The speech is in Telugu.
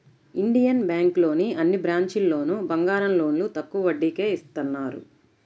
ఇండియన్ బ్యేంకులోని అన్ని బ్రాంచీల్లోనూ బంగారం లోన్లు తక్కువ వడ్డీకే ఇత్తన్నారు